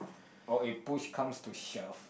oh it push comes to shove